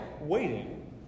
waiting